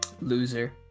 Loser